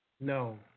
No